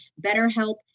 BetterHelp